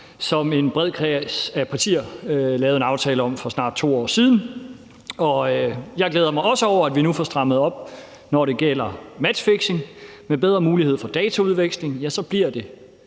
som en bred kreds af partier lavede en aftale om for snart 2 år siden. Jeg glæder mig også over, at vi nu får strammet op, når det gælder matchfixing. Med bedre mulighed for dataudveksling bliver det